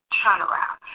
turnaround